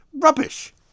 rubbish